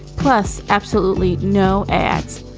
plus absolutely no ads.